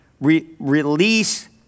release